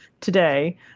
today